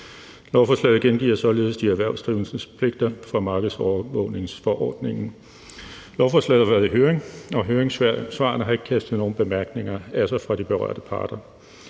Lovforslaget gengiver således de erhvervsdrivendes pligter fra markedsovervågningsforordningen. Lovforslaget har været i høring, og høringssvarene har ikke kastet nogen bemærkninger af sig fra de berørte parter.